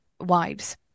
wives